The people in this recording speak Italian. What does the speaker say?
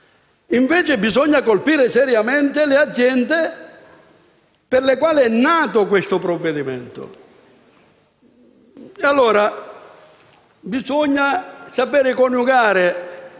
Invece bisogna colpire seriamente le aziende per le quali è nato questo provvedimento. Bisogna saper individuare